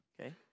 okay